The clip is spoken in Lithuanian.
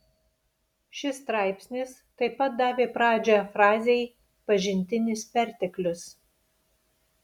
šis straipsnis taip pat davė pradžią frazei pažintinis perteklius